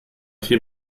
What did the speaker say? tee